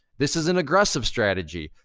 this is an aggressive strategy.